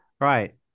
Right